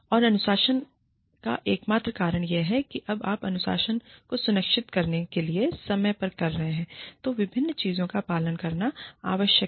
और अनुशासन का एकमात्र कारण यह है कि जब आप अनुशासन को सुनिश्चित करने के लिए प्रयास कर रहे हों तो विभिन्न चीजों का पालन करना आवश्यक है